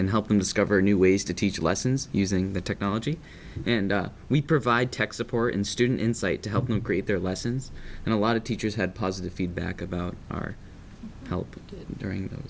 and help them discover new ways to teach lessons using the technology and we provide tech support and student insight to help them create their lessons and a lot of teachers had positive feedback about our help during them